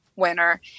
Winner